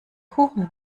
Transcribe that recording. kuchen